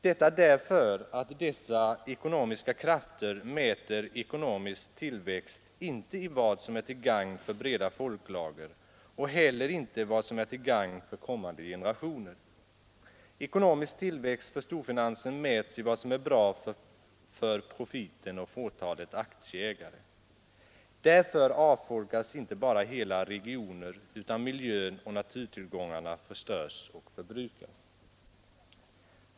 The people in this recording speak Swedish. Det beror på att dessa ekonomiska krafter mäter ekonomisk tillväxt inte i vad som är till gagn för breda folklager och heller inte i vad som är till gagn för kommande generationer. Ekonomisk tillväxt för storfinansen mäts i vad som är bra för profiten och fåtalet aktieägare. Därför avfolkas inte bara hela regioner, utan miljön och naturtillgångarna förstörs och förbrukas.